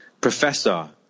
professor